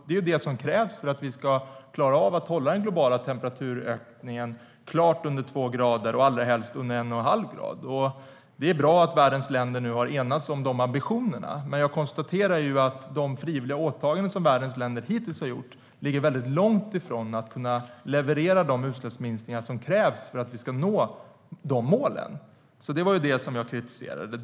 Det är vad som krävs för att vi ska klara av att hålla den globala temperaturökningen tydligt under två grader och allra helst under en och en halv grad. Det är bra att världens länder har enats om de ambitionerna, men jag konstaterar att de frivilliga åtaganden som världens länder hittills har gjort ligger långt från att kunna leverera de utsläppsminskningar som krävs för att vi ska nå målen. Det var det jag kritiserade.